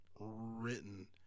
written